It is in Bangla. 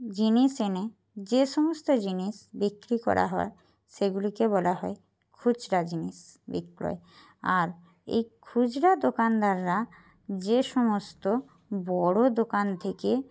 জিনিস এনে যে সমস্ত জিনিস বিক্রি করা হয় সেগুলিকে বলা হয় খুচরো জিনিস বিক্রয় আর এই খুচরো দোকানদাররা যে সমস্ত বড় দোকান থেকে